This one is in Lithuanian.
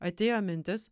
atėjo mintis